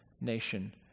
nation